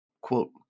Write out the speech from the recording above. Quote